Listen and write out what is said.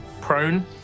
Prone